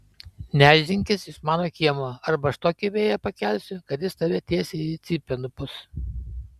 nešdinkis iš mano kiemo arba aš tokį vėją pakelsiu kad jis tave tiesiai į cypę nupūs